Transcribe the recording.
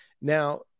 Now